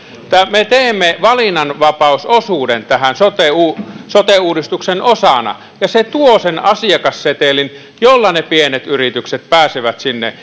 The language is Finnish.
me teemme valinnanvapausosuuden sote uudistuksen osana ja se tuo sen asiakassetelin jolla ne pienet yritykset pääsevät sinne